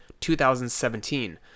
2017